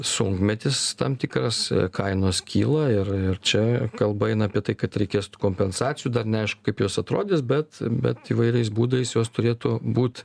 sunkmetis tam tikras kainos kyla ir ir čia kalba eina apie tai kad reikės kompensacijų dar neaišku kaip jos atrodys bet bet įvairiais būdais jos turėtų būt